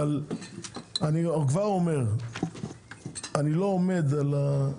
אבל אני כבר אומר שאני לא עומד על כך